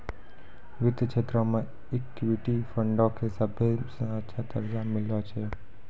वित्तीय क्षेत्रो मे इक्विटी फंडो के सभ्भे से अच्छा दरजा मिललो छै